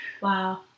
Wow